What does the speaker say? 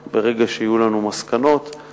ברגע שיהיו לנו מסקנות אני אביא זאת לידיעת הבית.